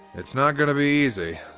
it's not gonna be easy,